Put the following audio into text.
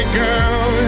girl